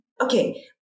okay